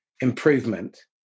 improvement